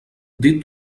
dit